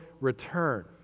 return